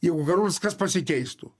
jeigu karūnuotas kas pasikeistų